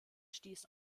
stieß